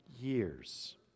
years